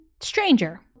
stranger